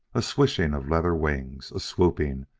a swishing of leather wings a swooping,